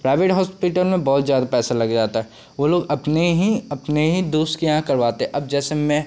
private hospital में बहुत ज़्यादा पैसा लग जाता है वे लोग अपने ही अपने ही दोस्त के यहाँ करवाते हैं अब जैसे मैं